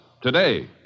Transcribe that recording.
today